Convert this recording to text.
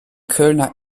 kölner